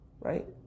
right